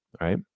right